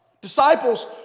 Disciples